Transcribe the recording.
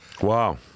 Wow